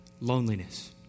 loneliness